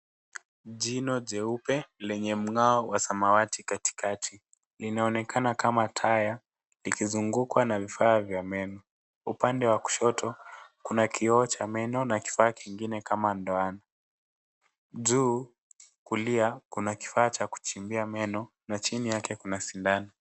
Jino jeupe lenye mng'ao wa samawati katikati. Linaonekana kama taya likizungukwa na vifaa vya meno. Upande wa kushoto kuna kifaa cha meno na kifaa kingine kama ndoano. Juu kulia kuna kifaa cha kuchimbia meno na chini yake kuna sindano.